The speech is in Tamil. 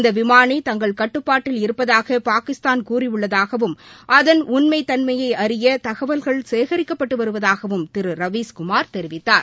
இந்த விமானி தங்கள் கட்டுப்பாட்டில் இருப்பதாக பாகிஸ்தான் கூறியுள்ளதாகவும் அதன் உண்மைத்தன்மையை அறிய தகவல்கள் சேகரிக்கப்பட்டு வருவதாகவும் திரு ரவீஷ் குமார் தெரிவித்தார்